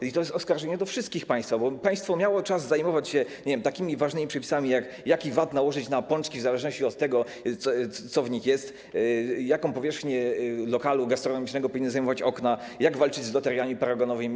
I to jest oskarżenie wszystkich państwa, bo państwo miało czas zajmować się, nie wiem, takimi ważnymi przepisami, jak to, jaki VAT nałożyć na pączki w zależności od tego, co w nich jest, jaką powierzchnię lokalu gastronomicznego powinny zajmować okna, jak walczyć z loteriami paragonowymi.